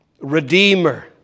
Redeemer